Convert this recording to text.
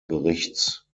berichts